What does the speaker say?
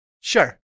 Sure